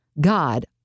God